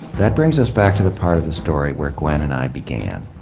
that brings us back to the part of the story where gwen and i began.